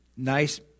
nice